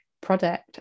product